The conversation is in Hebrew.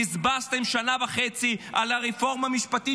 בזבזתם שנה וחצי על הרפורמה המשפטית,